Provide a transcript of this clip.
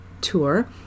tour